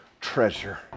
treasure